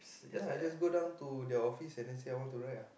ya lah I just go down to the office and then say I want to ride lah